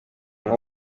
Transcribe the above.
nko